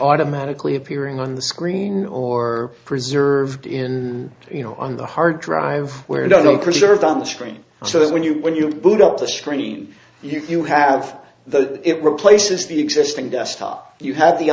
automatically appearing on the screen or preserved in you know on the hard drive where you don't preserved on the screen so that when you when you boot up the screen you have the it replaces the existing desktop you have the